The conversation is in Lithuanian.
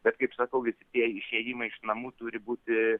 bet kaip sakau visi tie išėjimai iš namų turi būti